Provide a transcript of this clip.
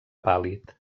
pàl·lid